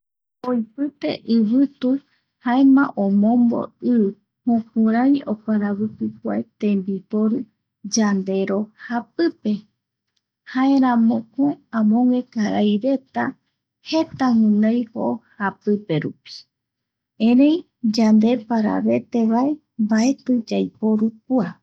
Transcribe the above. Oipite ivitu jaema omombo i jukurai oparaviki kua tembiporu yandero japipe, jaramoko amogue karaireta jeta guinoi o japiperupi erei yandeparavetevae mbaeti yaiporu kua.